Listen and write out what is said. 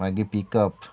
मागीर पिकअप